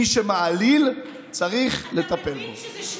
מי שמעליל, צריך לטפל בו.